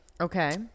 Okay